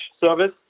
service